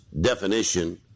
definition